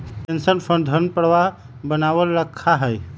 pension fund धन प्रवाह बनावल रखा हई